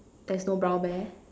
there's no brown bear